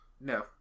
No